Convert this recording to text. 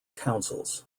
councils